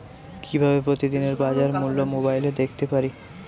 কিভাবে প্রতিদিনের বাজার মূল্য মোবাইলে দেখতে পারি?